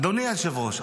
אדוני היושב-ראש,